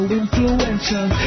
influential